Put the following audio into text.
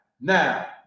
now